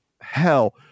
hell